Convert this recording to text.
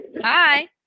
Hi